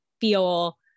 feel